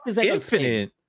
infinite